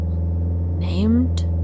Named